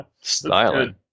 Styling